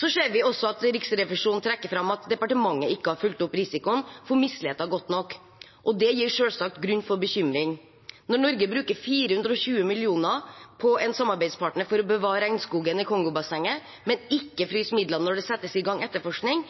Vi ser også at Riksrevisjonen trekker fram at departementet ikke har fulgt opp risikoen for misligheter godt nok. Det gir selvsagt grunn til bekymring. Når Norge bruker 420 mill. kr på en samarbeidspartner for å bevare regnskogen i Kongobassenget, men ikke fryser midler når det settes i gang etterforskning,